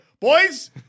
boys